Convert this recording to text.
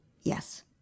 Yes